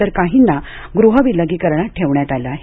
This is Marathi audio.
तर काहींना गृह विलगिकरणात ठेवण्यात आले आहे